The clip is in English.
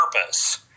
purpose